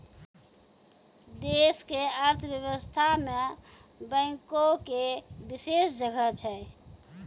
देश के अर्थव्यवस्था मे बैंको के विशेष जगह छै